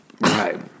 Right